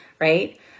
right